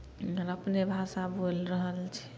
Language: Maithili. हम अपने भाषा बोलि रहल छी